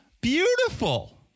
Beautiful